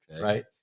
right